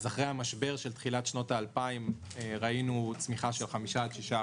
אחרי המשבר של תחילת שנות האלפיים ראינו צמיחה של 5% עד 6%,